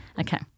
Okay